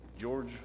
George